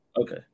okay